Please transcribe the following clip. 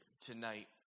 tonight